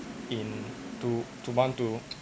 in to to want to